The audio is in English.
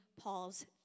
Paul's